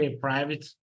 private